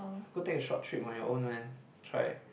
go take a short trip on your own man try